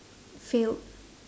failed